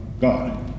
God